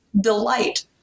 delight